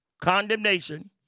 condemnation